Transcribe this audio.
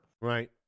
right